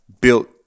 built